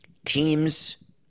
Teams